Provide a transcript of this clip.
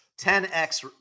10x